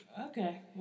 okay